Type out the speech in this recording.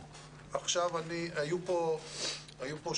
אבל את אומרת לי עכשיו שכל ה-7,000 האלה היה מגיע להם והם לא קיבלו.